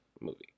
movie